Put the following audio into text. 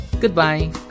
Goodbye